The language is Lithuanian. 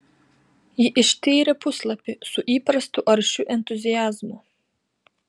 ji ištyrė puslapį su įprastu aršiu entuziazmu